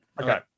Okay